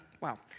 wow